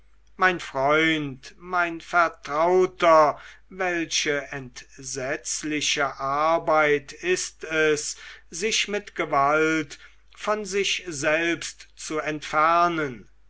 mein freund mein vertrauter welche entsetzliche arbeit ist es sich mit gewalt von sich selbst zu entfernen